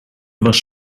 was